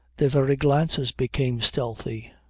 their very glances became stealthy.